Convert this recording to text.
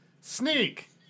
Sneak